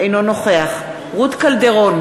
אינו נוכח רות קלדרון,